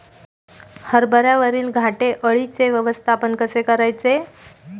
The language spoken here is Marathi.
हरभऱ्यावरील घाटे अळीचे व्यवस्थापन कसे करायचे?